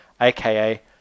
aka